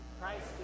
Christ